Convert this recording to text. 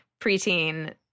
preteen